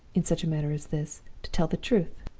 in such a matter as this, to tell the truth.